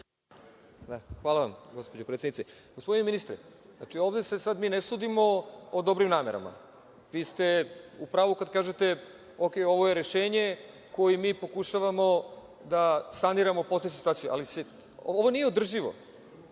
Hvala vam gospođo predsednice. Gospodine ministre, ovde se sad mi ne sudimo o dobrim namerama. Vi ste u pravu kada kažete, u redu ovo je rešenje, kojim mi pokušavamo da saniramo postojeću situaciju, ali ovo nije održivo.